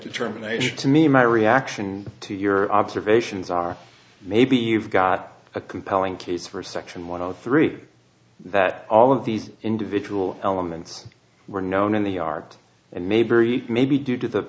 determination to me my reaction to your observations are maybe you've got a compelling case for section one of three that all of these individual elements were known in the art and mayberry maybe due to the